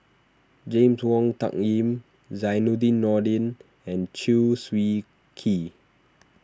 James Wong Tuck Yim Zainudin Nordin and Chew Swee Kee